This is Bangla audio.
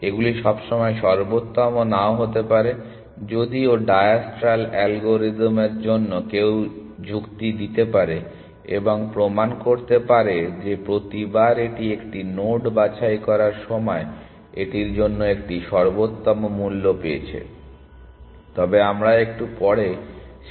এগুলি সবসময় সর্বোত্তম নাও হতে পারে যদিও ডায়াস্ট্রাল অ্যালগরিদমের জন্য কেউ যুক্তি দিতে পারে এবং প্রমাণ করতে পারে যে প্রতিবার এটি একটি নোড বাছাই করার সময় এটির জন্য একটি সর্বোত্তম মূল্য পেয়েছে তবে আমরা একটু পরে সেই যুক্তিতে ফিরে আসব